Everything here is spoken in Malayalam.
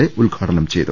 എ ഉദ്ഘാടനം ചെയ്തു